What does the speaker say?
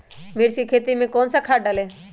मिर्च की खेती में कौन सा खाद डालें?